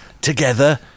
together